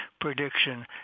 prediction